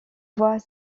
voit